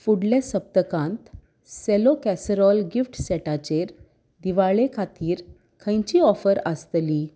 फुडल्या सप्तकांत Cello casserole gift सॅटाचेर दिवाळे खातीर खंयचीय ऑफर आसतली